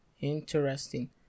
interesting